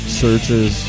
searches